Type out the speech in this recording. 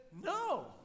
No